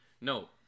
No